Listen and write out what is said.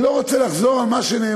אני לא רוצה לחזור על מה שנאמר,